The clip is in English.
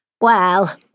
Well